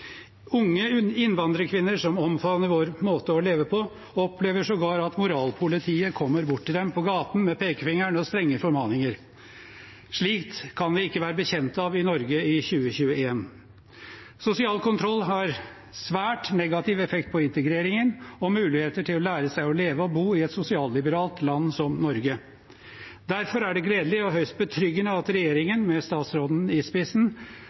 Unge innvandrerkvinner som omfavner vår måte å leve på, opplever sågar at moralpolitiet kommer bort til dem på gaten med pekefingeren og strenge formaninger. Slikt kan vi ikke være bekjent av i Norge i 2021. Sosial kontroll har svært negativ effekt på integreringen og muligheter til å lære seg å leve og bo i et sosialliberalt land som Norge. Derfor er det gledelig og høyst betryggende at regjeringen, med statsråden i spissen,